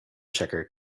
checker